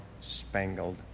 Spangled